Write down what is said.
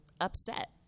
upset